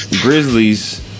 Grizzlies